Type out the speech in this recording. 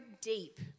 deep